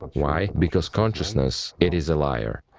but why? because consciousness, it is like